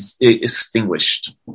extinguished